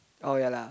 oh yea lah